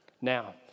Now